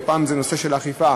ופעם זה נושא של אכיפה.